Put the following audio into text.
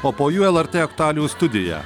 o po jų lrt aktualijų studija